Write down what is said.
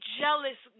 jealous